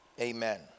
Amen